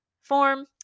form